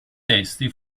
testi